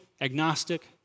agnostic